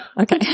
Okay